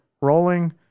rolling